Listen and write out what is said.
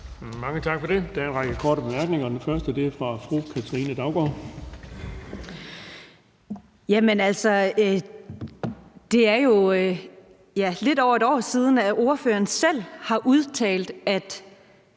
Mange tak for det. Der er en række korte bemærkninger. Den første er fra fru Katrine Daugaard. Kl. 10:21 Katrine Daugaard (LA): Det er jo lidt over et år siden, at ordføreren selv udtalte, at